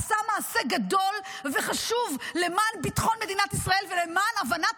עשה מעשה גדול וחשוב למען ביטחון מדינת ישראל ולמען הבנת